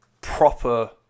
proper